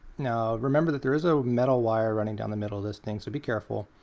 now remember that there is a metal wire running down the middle of this thing, so be careful.